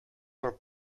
were